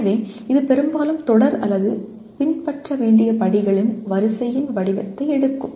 எனவே இது பெரும்பாலும் தொடர் அல்லது பின்பற்ற வேண்டிய படிகளின் வரிசையின் வடிவத்தை எடுக்கும்